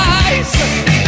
eyes